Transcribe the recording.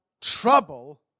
trouble